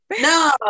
No